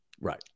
Right